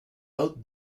out